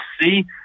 see